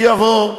שיבוא,